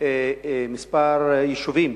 כמה יישובים